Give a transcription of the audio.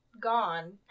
gone